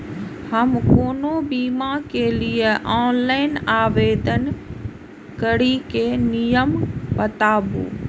हम कोनो बीमा के लिए ऑनलाइन आवेदन करीके नियम बाताबू?